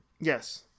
Yes